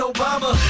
Obama